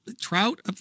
trout